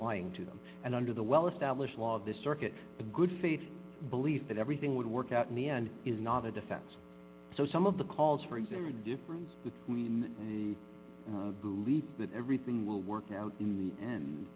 lying to them and under the well established law of this circuit a good faith belief that everything would work out in the end is not a defense so some of the calls for example the difference between the belief that everything will work out in the end